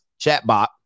chatbot